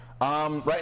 Right